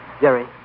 Jerry